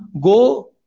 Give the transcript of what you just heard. go